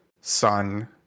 Sun